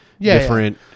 different